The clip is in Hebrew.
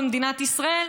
במדינת ישראל,